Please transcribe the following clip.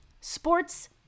sports